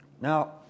Now